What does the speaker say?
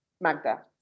Magda